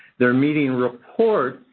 their meeting reports,